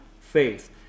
faith